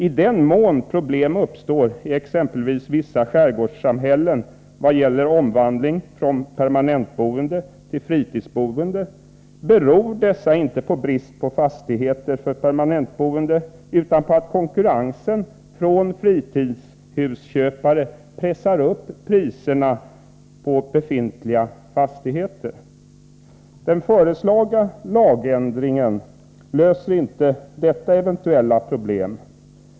I den mån problem uppstår i exempelvis vissa skärgårdssamhällen i vad gäller omvandling från permanentboende till fritidsboende, beror dessa problem inte på brist på fastigheter för permanentboende utan på att konkurrensen från fritidshusköpare pressar upp priserna på befintliga fastigheter. Den föreslagna lagändringen löser inte detta eventuella problem.